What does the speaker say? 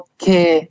Okay